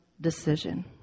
decision